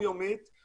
עם הציבור.